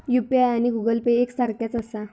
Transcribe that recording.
UPI आणि Google Pay एक सारख्याच आसा?